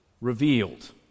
Revealed